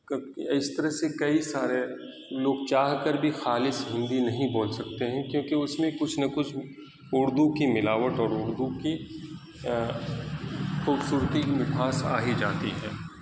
کب اس طرح سے کئی سارے لوگ چاہ کر بھی خالص ہندی نہیں بول سکتے ہیں کیوںکہ اس میں کچھ نہ کچھ اردو کی ملاوٹ اور اردو کی خوبصورتی کی مٹھاس آ ہی جاتی ہے